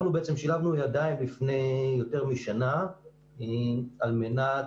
אנחנו שילבנו ידיים לפני יותר משנה על מנת